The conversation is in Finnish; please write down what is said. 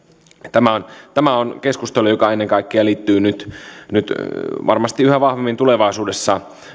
tämä on tämä on keskustelu joka ennen kaikkea liittyy varmasti yhä vahvemmin tulevaisuudessa